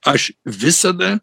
aš visada